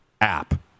app